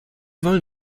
wollen